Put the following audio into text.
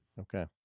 Okay